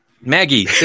Maggie